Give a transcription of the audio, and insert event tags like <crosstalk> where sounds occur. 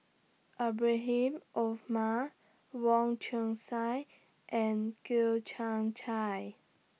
Ibrahim Omar Wong Chong Sai and <unintelligible> Kian Chai